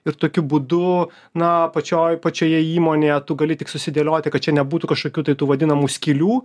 ir tokiu būdu na pačioj pačioje įmonėje tu gali tik susidėlioti kad čia nebūtų kažkokių tai tų vadinamų skylių